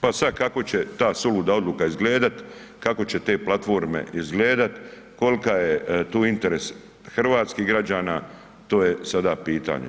Pa sad kako će ta suluda odluka izgledat, kako će te platforme izgledat, kolka je tu interes hrvatskih građana, to je sada pitanje.